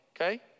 okay